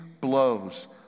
blows